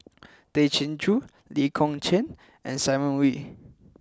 Tay Chin Joo Lee Kong Chian and Simon Wee